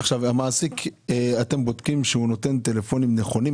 אתם בודקים שהמעסיק נותן טלפונים נכונים?